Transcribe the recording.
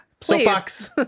soapbox